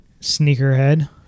Sneakerhead